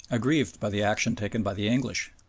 aggrieved by the action taken by the english,